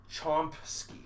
Chomsky